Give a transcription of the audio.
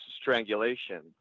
strangulation